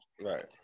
Right